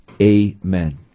amen